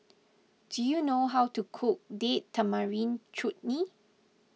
do you know how to cook Date Tamarind Chutney